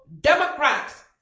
Democrats